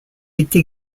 été